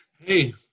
Hey